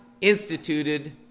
instituted